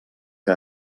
que